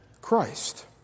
Christ